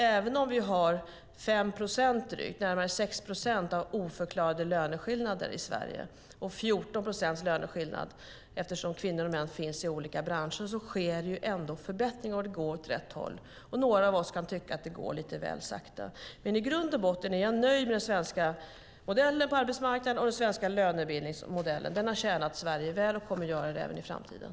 Även om den oförklarade löneskillnaden i Sverige är närmare 6 procent, eftersom kvinnor och män finns i olika branscher, och den ovägda löneskillnaden är 14 procent sker det förbättringar. Det går åt rätt håll, även om några av oss kan tycka att det går lite väl sakta. I grund och botten är jag nöjd med den svenska modellen på arbetsmarknaden och den svenska lönebildningsmodellen. Den har tjänat Sverige väl och kommer att göra det även i framtiden.